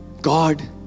God